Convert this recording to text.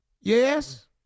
Yes